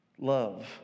love